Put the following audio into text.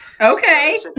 Okay